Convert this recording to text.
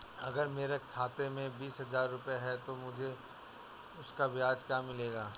अगर मेरे खाते में बीस हज़ार रुपये हैं तो मुझे उसका ब्याज क्या मिलेगा?